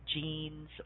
jeans